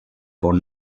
for